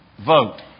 vote